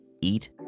eat